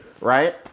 Right